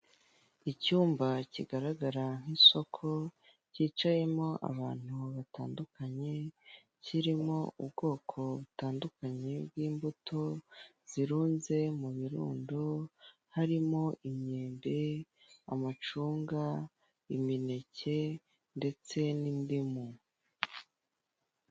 Icyumba kigaragara nk'isoko cyicayemo abantu batandukanye, kirimo ubwoko butandukanye bw'imbuto zirunze mu birundo, harimo imyembe, amacunga, imineke ndetse n'indimu.